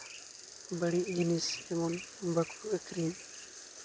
ᱵᱟᱹᱲᱤᱡ ᱡᱤᱱᱤᱥ ᱡᱮᱢᱚᱱ ᱵᱟᱠᱚ ᱟᱠᱷᱨᱤᱧ